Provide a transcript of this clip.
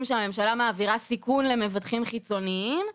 שהממשלה מעבירה סיכון למבטחים חיצוניים,